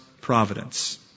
providence